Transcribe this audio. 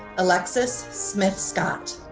alexis smith-scott.